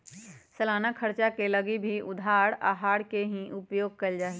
सालाना खर्चवा के लगी भी उधार आहर के ही उपयोग कइल जाहई